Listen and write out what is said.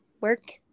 work